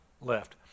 left